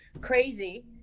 crazy